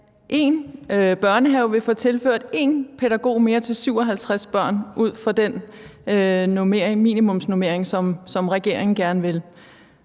1 børnehave vil få tilført 1 pædagog mere til 57 børn ud fra den minimumsnormering, som regeringen gerne vil